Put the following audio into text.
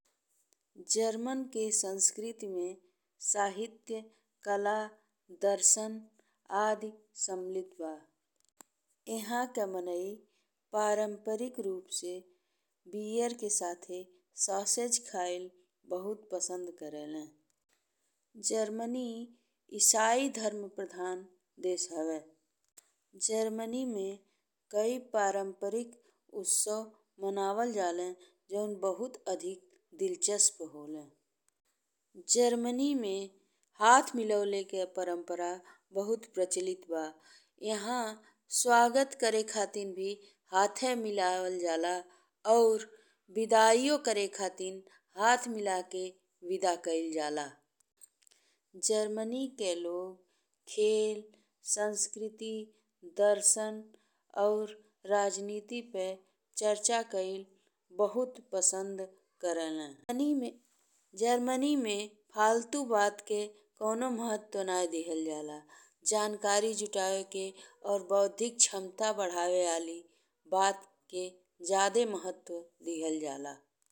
German के संस्कृति में साहित्य कला दर्शन आदी सम्मिलित बा। एहां के माने परंपरिक रूप से बीयर के साथे सॉसेज खाएल बहुत पसंद करेला। जर्मनी ईसाई धर्म प्रधान देश हवे। जर्मनी में कई पारंपरिक उत्सव मनावल जाले जौन बहुत अधिक दिलचस्प होला। जर्मनी में हाथ मिलावल के परंपरा बहुत प्रचलित बा। एहां स्वागत करे खातिन भी हाथे मिलावल जाला और विदाई करे खातिन हाथ मिला के विदा कइल जाला। जर्मनी के लोग खेल, संस्कृति, दर्शन और राजनीति पे चर्चा कइल बहुत पसंद करेला। जर्मनी में फालतू बात के कवनो महत्व नहीं दिहल जाला। जानकारी जुटावे के और बौद्धिक क्षमता बढ़ावे वाली बात के जादे महत्व दिहल जाला।